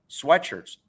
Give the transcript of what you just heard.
sweatshirts